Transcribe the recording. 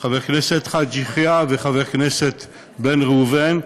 חבר הכנסת חאג' יחיא וחבר הכנסת בן ראובן,